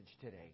today